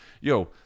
Yo